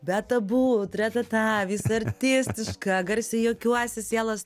be tabu tratata visą artistiška garsiai juokiuosi sielas